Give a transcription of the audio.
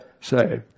say